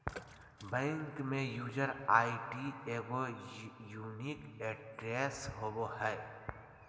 bank में user ID एगो unique address होबो हइ